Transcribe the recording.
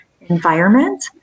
environment